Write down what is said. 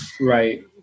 right